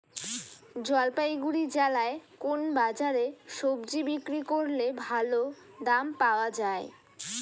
জলপাইগুড়ি জেলায় কোন বাজারে সবজি বিক্রি করলে ভালো দাম পাওয়া যায়?